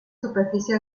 superficie